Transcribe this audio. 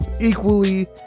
Equally